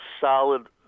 solid